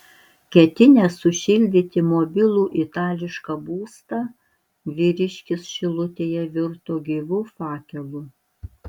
ketinęs sušildyti mobilų itališką būstą vyriškis šilutėje virto gyvu fakelu